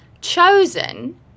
chosen